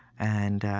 and